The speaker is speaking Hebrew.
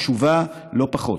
חשובה לא פחות,